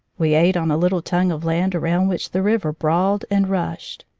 we ate on a little tongue of land around which the river brawled and rushed.